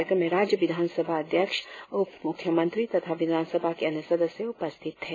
कार्यक्रम में राज्य विधानसभा अध्यक्ष उपमुख्यमंत्री तथा विधानसभा के अन्य सदस्य उपस्थित थे